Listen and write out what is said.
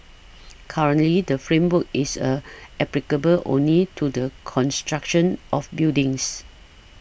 currently the framework is a applicable only to the construction of buildings